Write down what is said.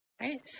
right